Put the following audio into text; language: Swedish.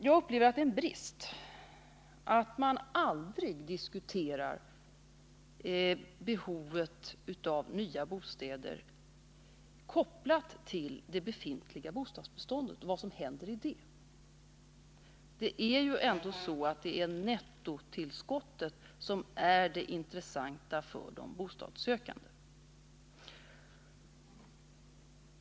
Jag upplever det som en brist att man aldrig diskuterar behovet av nya bostäder kopplat till det befintliga bostadsbeståndet och vad som händer i det. Det är ändå nettotillskottet som är det intressanta för de bostadssökande.